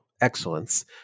excellence